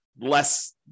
less